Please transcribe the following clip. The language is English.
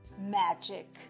magic